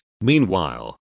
meanwhile